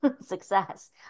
success